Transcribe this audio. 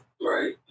Right